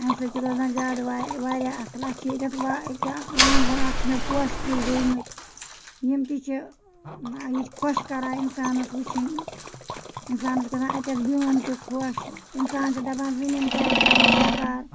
اَمہِ سۭتۍ چھِ روزان زیادٕ واریاہ اَصٕل اَسہِ چھِ ییٚتٮ۪تھ وا أکیٛاہ آنٛگُن اَتھ چھِ مےٚ پوشہِ کُلۍ رُوۍمٕتۍ یِم تہِ چھِ یہِ چھِ خۄش کَران اِنسانَس وٕچھِنۍ اِنسانَس چھِ گژھان اَتٮ۪تھ بِہُن تہِ خۄش اِنسان چھِ دَپان زٔمیٖن کیٛازِ تھَاوَو بیکار